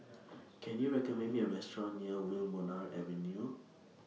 Can YOU recommend Me A Restaurant near Wilmonar Avenue